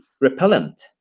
repellent